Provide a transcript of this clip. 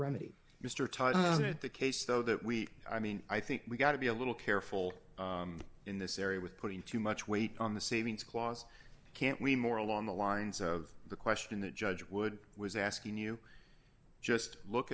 remedy mr todd on it the case though that we i mean i think we've got to be a little careful in this area with putting too much weight on the savings clause can't we more along the lines of the question the judge would was asking you just look